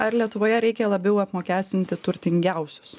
ar lietuvoje reikia labiau apmokestinti turtingiausius